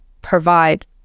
provide